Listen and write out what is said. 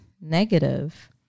negative